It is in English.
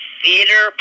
theater